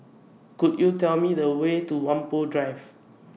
Could YOU Tell Me The Way to Whampoa Drive